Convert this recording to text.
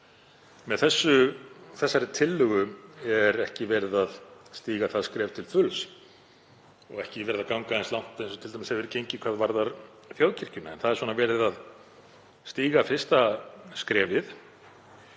Með þessari tillögu er ekki verið að stíga það skref til fulls, ekki verið að ganga eins langt eins og t.d. hefur verið gengið hvað varðar þjóðkirkjuna. Það er verið að stíga fyrsta skrefið